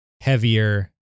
heavier